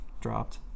dropped